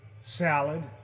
Salad